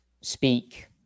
speak